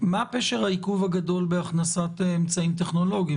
מה פשר העיכוב הגדול בהכנסת אמצעים טכנולוגיים?